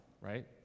right